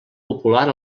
popular